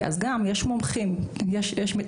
יש מומחים לכך.